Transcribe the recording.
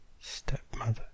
stepmother